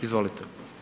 Izvolite.